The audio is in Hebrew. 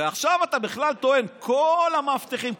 ועכשיו אתה בכלל טוען: כל המאבטחים,